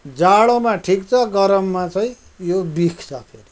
जाडोमा ठिक छ गरममा चाहिँ यो बिख छ फेरि